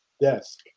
desk